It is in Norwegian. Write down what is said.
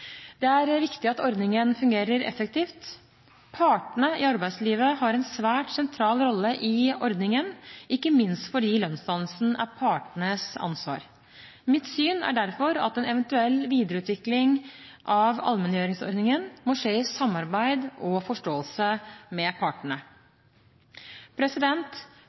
Det er viktig at ordningen fungerer effektivt. Partene i arbeidslivet har en svært sentral rolle i ordningen, ikke minst fordi lønnsdannelsen er partenes ansvar. Mitt syn er derfor at en eventuell videreutvikling av allmenngjøringsordningen må skje i samarbeid og forståelse med partene.